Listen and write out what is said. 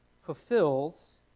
Fulfills